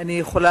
בשנת